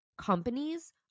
Companies